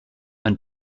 and